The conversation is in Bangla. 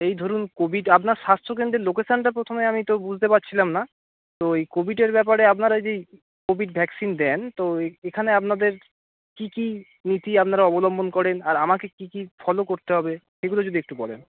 এই ধরুন কোভিড আপনার স্বাস্থ্য কেন্দ্রের লোকেশানটা প্রথমে আমি তো বুঝতে পারছিলাম না তো এই কোভিডের ব্যাপারে আপনারা যেই কোভিড ভ্যাকসিন দেন তো এখানে আপনাদের কী কী রীতি আপনারা অবলম্বন করেন আর আমাকে কী কী ফলো করতে হবে সেগুলো যদি একটু বলেন